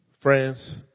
Friends